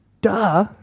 Duh